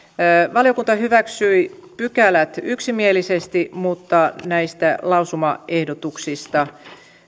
valiokunta hyväksyi pykälät yksimielisesti mutta näistä lausumaehdotuksista